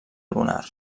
lunar